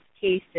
cases